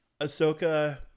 Ahsoka